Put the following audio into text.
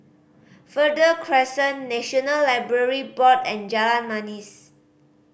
Verde Crescent National Library Board and Jalan Manis